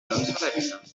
homme